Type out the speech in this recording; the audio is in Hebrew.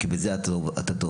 כי בזה אתה טוב,